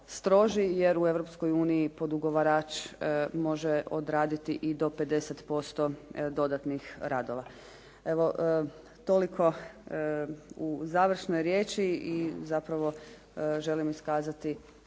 uniji podugovarač može odraditi i do 50% dodatnih radova. Evo toliko u završnoj riječi i zapravo želim iskazati